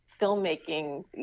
filmmaking